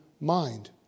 mind